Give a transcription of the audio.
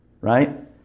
right